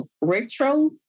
Retro